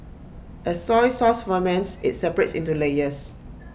as soy sauce ferments IT separates into layers